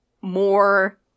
more